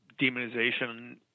demonization